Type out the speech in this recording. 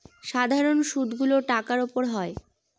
সাধারন সুদ গুলো টাকার উপর হয়